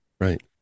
right